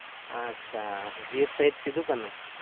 ᱟᱪᱪᱷᱟ ᱵᱤᱨ ᱥᱚᱦᱤᱫ ᱥᱤᱫᱩ ᱠᱟᱹᱱᱦᱩ